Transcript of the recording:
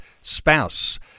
spouse